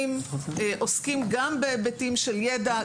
עוסקים גם בהיבטים של ידע,